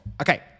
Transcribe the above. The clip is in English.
okay